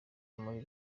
muri